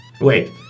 Wait